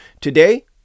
today